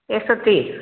एक सौ तीस